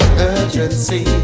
Emergency